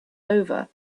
over